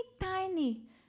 tiny